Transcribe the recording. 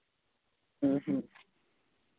ᱦᱮᱸ ᱦᱮᱸ